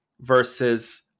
versus